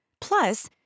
Plus